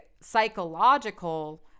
psychological